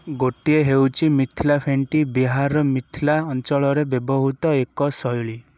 ଗୋଟିଏ ହେଉଛି ମିଥିଲା ଫେଣ୍ଟି ବିହାରର ମିଥିଲା ଅଞ୍ଚଳରେ ବ୍ୟବହୃତ ଏକ ଶୈଳୀ